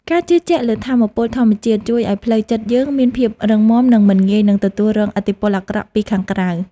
ការជឿជាក់លើថាមពលធម្មជាតិជួយឱ្យផ្លូវចិត្តយើងមានភាពរឹងមាំនិងមិនងាយនឹងទទួលរងឥទ្ធិពលអាក្រក់ពីខាងក្រៅ។